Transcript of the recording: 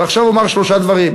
ועכשיו אומר שלושה דברים.